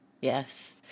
Yes